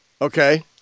Okay